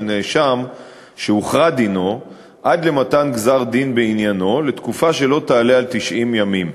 נאשם שהוכרע דינו עד למתן גזר-דין בעניינו לתקופה שלא תעלה על 90 ימים.